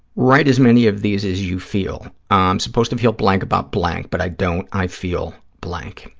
write as many of these as you feel. i'm supposed to feel blank about blank, but i don't. i feel blank.